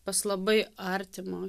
pas labai artimą